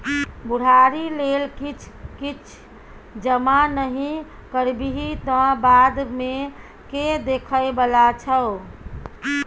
बुढ़ारी लेल किछ किछ जमा नहि करबिही तँ बादमे के देखय बला छौ?